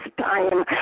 time